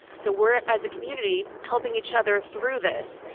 so we're as a community helping each other through this.